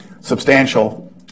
Substantial